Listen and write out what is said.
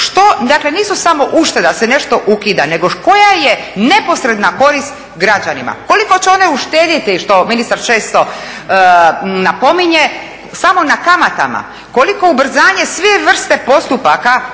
dakle, nisu samo ušteda, da se nešto ukida, nego koja je neposredna korist građanima. Koliko će oni uštedjeti što ministar često napominje, samo na kamatama, koliko ubrzanje svih vrsti postupaka